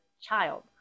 child